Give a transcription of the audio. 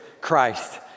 christ